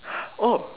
oh